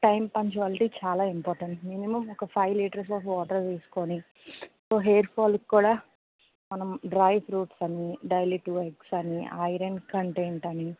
time punctuality చాలా important minimum ఒక five litres of water తీసుకుని హెయిర్ ఫాల్కి కూడా మనం డ్రై ఫ్రూట్స్ అని డైలీ టూ ఎగ్స్ అని ఐరన్ కంటెంట్ అని